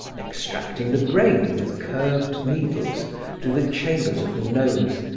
extracting the brain with curved needles through the chambers of the nose,